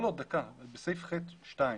לא, בסעיף (ח)(2),